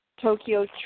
Tokyo